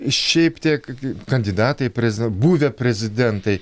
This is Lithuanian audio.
šiaip tie kandidatai į prezi buvę prezidentai